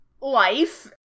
life